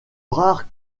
rares